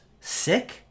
sick